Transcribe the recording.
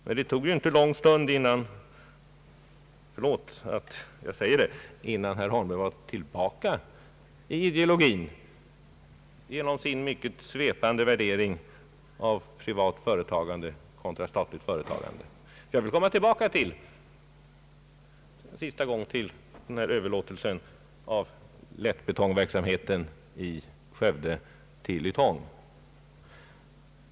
Men det tog inte lång stund — förlåt att jag säger det — innan herr Holmberg var tillbaka i ideologin genom sin mycket svepande värdering av privat företagande kontra statligt företagande. Jag vill för sista gången återgå till överlåtelsen av lättbetongtillverkningen i Skövde till Ytong.